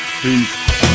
Peace